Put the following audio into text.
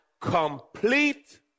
complete